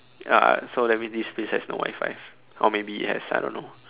ya so that means this place has no Wi-Fi or maybe it has I don't know